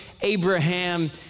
Abraham